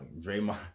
Draymond